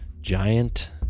Giant